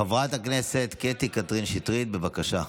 חברת הכנסת קטי קטרין שטרית, בבקשה.